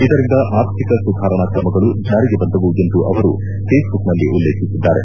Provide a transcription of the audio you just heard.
ಇದರಿಂದ ಆರ್ಥಿಕ ಸುಧಾರಣಾ ತ್ರಮಗಳು ಜಾರಿಗೆ ಬಂದವು ಎಂದು ಅವರು ಫೇಸ್ಬುಕ್ನಲ್ಲಿ ಉಲ್ಲೇಖಿಸಿದ್ದಾರೆ